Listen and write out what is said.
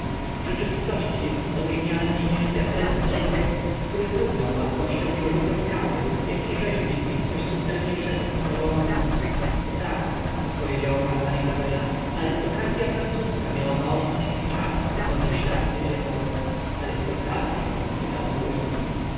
w rzeczywistości jestto gienialny i nieśmiertelny olbrzym który z równą łatwością przerzuca skały jak i rzeźbi z nich coś subtelniejszego od koronek tak odpowiedziała panna izabela arystokracya francuska miała możność i czas stworzyć te arcydzieła arystokracya spytał wokulski